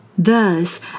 Thus